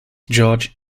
george